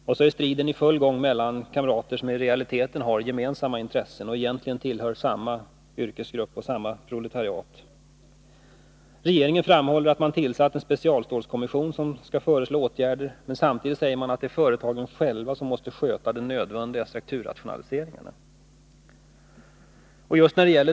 Och så är striden i full gång mellan kamrater som i realiteten har samma intressen och som egentligen tillhör samma yrkesgrupp och samma proletariat. Regeringen framhåller att man tillsatt en specialstålskommission som skall föreslå åtgärder. Men samtidigt säger regeringen att det är företagen själva som måste sköta den nödvändiga strukturrationaliseringen.